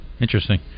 Interesting